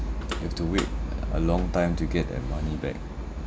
you have to wait uh a long time to get that money back